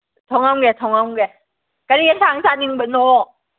ꯊꯣꯡꯉꯝꯒꯦ ꯊꯣꯡꯉꯝꯒꯦ ꯀꯔꯤ ꯑꯦꯟꯁꯥꯡ ꯆꯥꯅꯤꯡꯕꯅꯣ